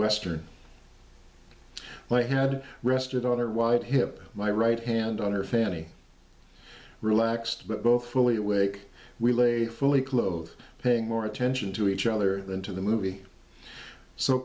western play had rested on her wide hip my right hand on her fanny relaxed but both fully awake we lay fully clothed paying more attention to each other than to the movie so